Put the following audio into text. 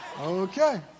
Okay